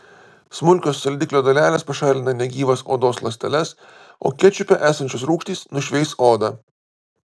smulkios saldiklio dalelės pašalina negyvas odos ląsteles o kečupe esančios rūgštys nušveis odą